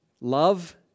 love